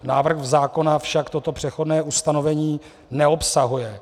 Návrh zákona však toto přechodné ustanovení neobsahuje.